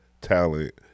talent